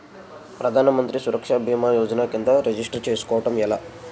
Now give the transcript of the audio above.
ప్రధాన మంత్రి సురక్ష భీమా యోజన కిందా రిజిస్టర్ చేసుకోవటం ఎలా?